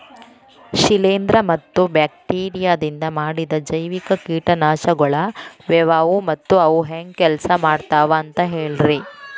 ಶಿಲೇಂಧ್ರ ಮತ್ತ ಬ್ಯಾಕ್ಟೇರಿಯದಿಂದ ಮಾಡಿದ ಜೈವಿಕ ಕೇಟನಾಶಕಗೊಳ ಯಾವ್ಯಾವು ಮತ್ತ ಅವು ಹೆಂಗ್ ಕೆಲ್ಸ ಮಾಡ್ತಾವ ಅಂತ ಹೇಳ್ರಿ?